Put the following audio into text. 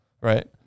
right